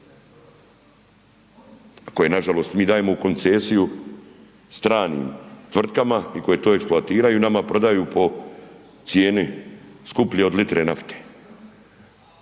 koje nažalost mi dajemo u koncesiju stranim tvrtkama i koje to eksploatiraju i nama prodaju po cijeni skuplje od litre nafte,